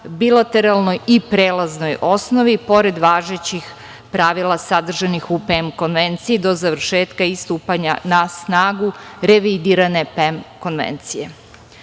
bilateralnoj i prelaznoj osnovi pored važećih pravila sadržanih u PEM konvenciji do završetka i stupanja na snagu revidirane PEM konvencije.U